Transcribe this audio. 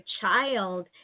child